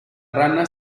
rana